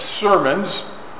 sermons